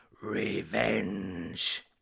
Revenge